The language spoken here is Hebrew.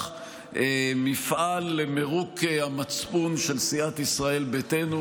מפעל למירוק המצפון של סיעת ישראל ביתנו,